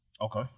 Okay